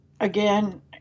Again